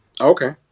Okay